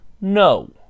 No